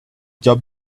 job